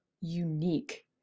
unique